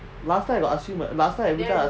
last time I got ask you last time I didn't ask